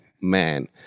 man